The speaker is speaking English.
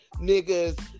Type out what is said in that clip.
niggas